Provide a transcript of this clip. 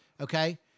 okay